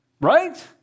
right